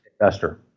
Investor